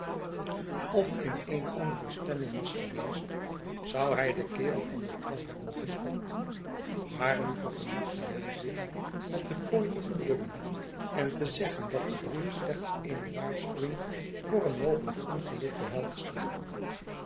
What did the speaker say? of in eene andere stemming was geweest zou hij den kerel van de trap hebben geschopt maar nu vergenoegde hij zich met de fooi te verdubbelen en te zeggen dat de brief slechts eene waarschuwing voor een mogelijk ongeluk behelsde